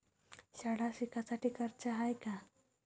शाळा शिकासाठी कर्ज हाय का?